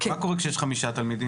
מה קורה כשיש חמישה תלמידים?